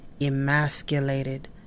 Emasculated